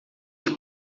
que